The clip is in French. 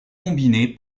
combiné